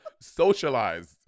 socialized